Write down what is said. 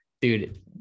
dude